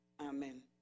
Amen